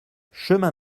chemin